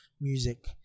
music